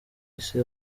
isi